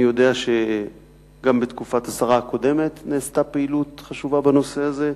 אני יודע שגם בתקופת השרה הקודמת נעשתה פעילות חשובה בנושא הזה.